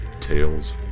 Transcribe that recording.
Tails